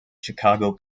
chicago